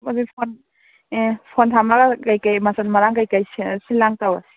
ꯑꯗꯨꯗꯤ ꯐꯣꯟ ꯑꯥ ꯐꯣꯟ ꯊꯝꯃꯒ ꯀꯔꯤ ꯀꯔꯤ ꯃꯆꯜ ꯃꯔꯥꯡ ꯀꯔꯤ ꯀꯔꯤ ꯁꯤꯟꯂꯥꯡ ꯇꯧꯔꯁꯦ